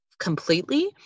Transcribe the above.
completely